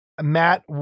Matt